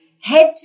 head